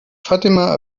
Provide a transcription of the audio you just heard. fatima